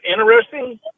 interesting